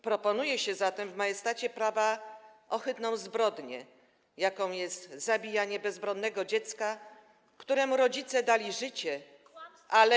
Proponuje się zatem w majestacie prawa ohydną zbrodnię, jaką jest zabijanie bezbronnego dziecka, któremu rodzice dali życie, ale.